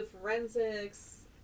forensics